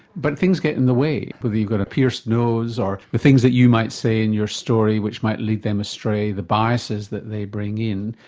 but things get in the way, whether you've got a pierced nose or the things that you might say in your story which might lead them astray, the biases that they bring in.